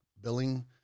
billing